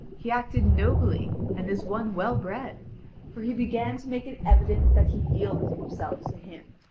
he acted nobly and as one well-bred for he began to make it evident that he yielded himself to him,